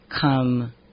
come